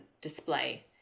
display